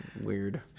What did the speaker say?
weird